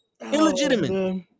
Illegitimate